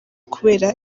kubera